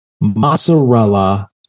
mozzarella